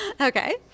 Okay